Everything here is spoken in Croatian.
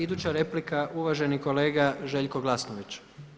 Iduća replika uvaženi kolega Željko Glasnović.